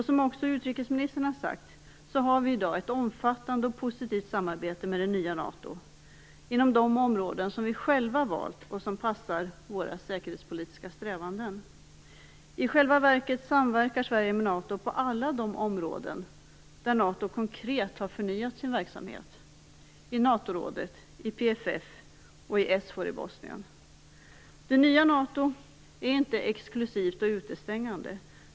Som också utrikesministern har sagt har vi i dag ett omfattande och positivt samarbete med det nya NATO inom de områden som vi själva valt och som passar våra säkerhetspolitiska strävanden. I själva verket samverkar Sverige med NATO på alla de områden där NATO konkret har förnyat sin verksamhet, i NATO-rådet, i PFF och i SFOR i Bosnien. Det nya NATO är inte exklusivt och utestängande.